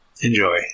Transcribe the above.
Enjoy